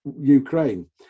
Ukraine